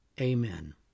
Amen